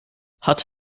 hat